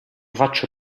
faccio